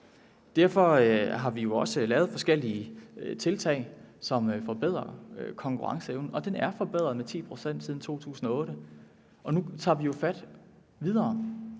Derfor har vi jo også lavet forskellige tiltag, som forbedrer konkurrenceevnen, og den er forbedret med 10 pct. siden 2008. Og nu tager vi jo fat videre.